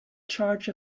charge